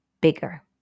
bigger